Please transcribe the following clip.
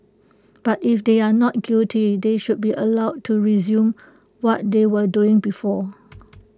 but if they are not guilty they should be allowed to resume what they were doing before